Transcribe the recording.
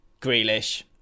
Grealish